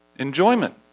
enjoyment